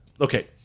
Okay